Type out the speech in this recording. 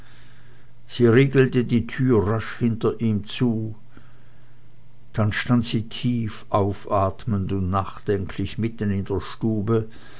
sie riegelte die türe rasch hinter ihm zu dann stand sie tief aufatmend und nachdenklich mitten in der stube